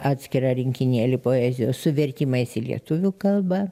atskirą rinkinėlį poezijos su vertimais į lietuvių kalbą